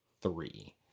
three